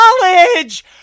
college